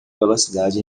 velocidade